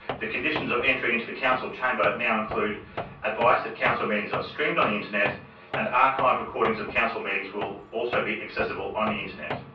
the conditions of entry into the council chamber now include advice that council meetings are streamed on the internet and archived recordings of council meetings will also be accessible on the internet.